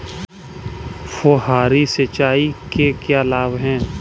फुहारी सिंचाई के क्या लाभ हैं?